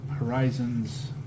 Horizon's